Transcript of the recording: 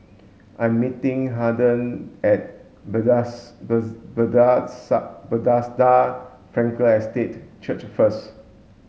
I'm meeting Harden at Bethesda Frankel Estate Church first